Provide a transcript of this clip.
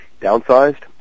Downsized